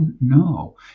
no